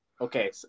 Okay